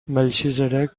melchizedek